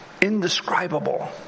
indescribable